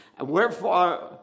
wherefore